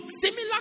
similar